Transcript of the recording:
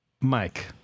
Mike